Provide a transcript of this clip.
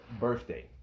Birthday